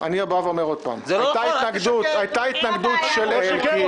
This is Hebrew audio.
זה לא נכון, אל תשקר.